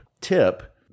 tip